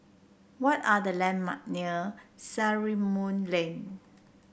what are the landmark near Sarimbun Lane